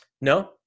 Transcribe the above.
No